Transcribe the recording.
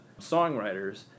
songwriters